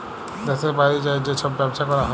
দ্যাশের বাইরে যাঁয়ে যে ছব ব্যবছা ক্যরা হ্যয়